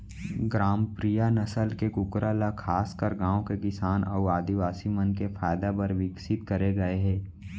ग्रामप्रिया नसल के कूकरा ल खासकर गांव के किसान अउ आदिवासी मन के फायदा बर विकसित करे गए हे